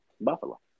Buffalo